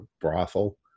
brothel